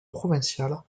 provinciales